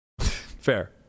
Fair